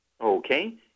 Okay